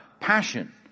passion